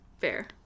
Fair